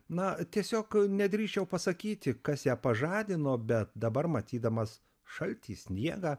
na tiesiog nedrįsčiau pasakyti kas ją pažadino bet dabar matydamas šaltį sniegą